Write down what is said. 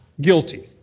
guilty